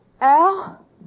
Al